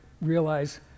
realize